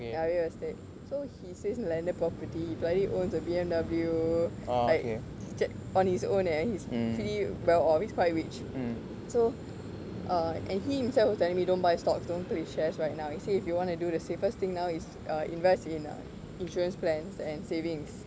ya real estate so he stays in landed property bloody go to B_M_W on his own eh he is pretty well off he is quite rich so err and he himself was telling me don't buy stocks don't play shares right now actually if you want to do the safest thing now is err invest in insurance plans and savings